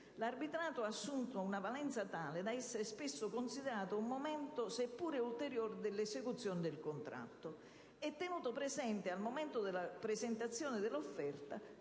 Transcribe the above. L'arbitrato ha assunto una valenza tale da essere spesso considerato un momento, seppure ulteriore, dell'esecuzione del contratto e, pertanto, tenuto presente al momento della presentazione dell'offerta